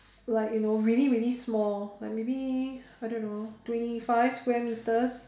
like you know really really small like maybe I don't know twenty five square metres